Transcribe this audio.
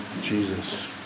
Jesus